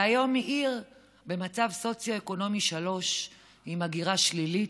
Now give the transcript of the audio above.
והיום, ממצב סוציו-אקונומי 3, עם הגירה שלילית,